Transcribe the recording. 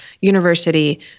university